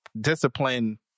discipline